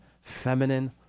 feminine